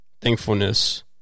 Thankfulness